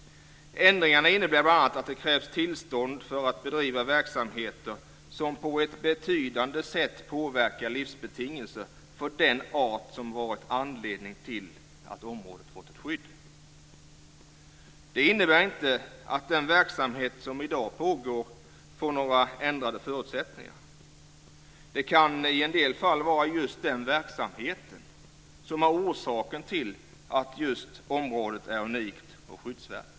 Ändringarna innebär bl.a. att det krävs tillstånd för att bedriva verksamheter som på ett betydande sätt påverkar livsbetingelserna för den art som har varit anledning till att området fått ett skydd. Det innebär inte att den verksamhet som i dag pågår får några ändrade förutsättningar. Det kan i en del fall vara just den verksamheten som är orsaken till att området är unikt och skyddsvärt.